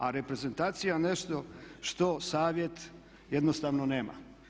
A reprezentacija je nešto što Savjet jednostavno nema.